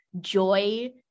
joy